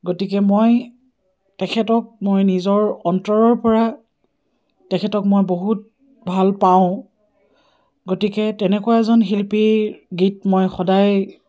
গতিকে মই তেখেতক মই নিজৰ অন্তৰৰ পৰা তেখেতক মই বহুত ভাল পাওঁ গতিকে তেনেকুৱা এজন শিল্পীৰ গীত মই সদায়